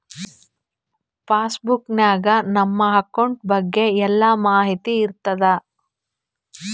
pass book ನಾಗ್ ನಮ್ account ಬಗ್ಗೆ ಎಲ್ಲಾ ಮಾಹಿತಿ ಇರ್ತಾದ